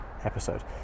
episode